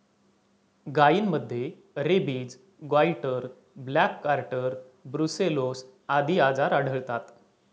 गायींमध्ये rabies, goitre, black quarter, brucellosis आदी आजार आढळतात